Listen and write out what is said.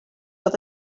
oedd